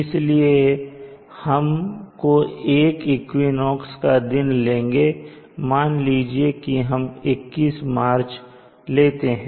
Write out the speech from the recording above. इसलिए हम को एक इक्विनोक्स का दिन लेंगे मान लीजिए हम 21 मार्च लेते हैं